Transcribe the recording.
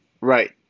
Right